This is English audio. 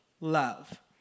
love